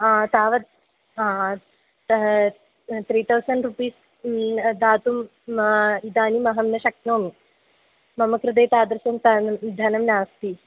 तावत् three thousand rupees दातुं इदानीम् अहं न शक्नोमि मम कृते तादृशं धनं धनं नास्ति